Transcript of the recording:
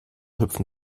hüpfen